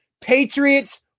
Patriots